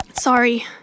Sorry